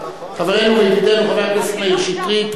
חברנו וידידנו חבר הכנסת מאיר שטרית,